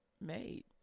made